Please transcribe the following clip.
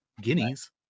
guineas